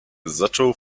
zaczął